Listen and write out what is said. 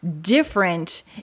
different